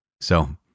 So